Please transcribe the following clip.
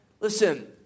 Listen